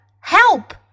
Help